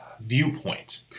viewpoint